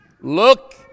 Look